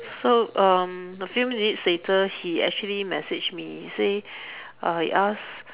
so um a few minutes later he actually messaged me say uh he ask